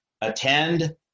attend